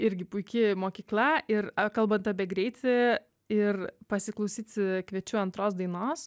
irgi puiki mokykla ir kalbant apie greitį ir pasiklausyti kviečiu antros dainos